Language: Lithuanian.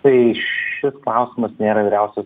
tai šis klausimas nėra vyriausios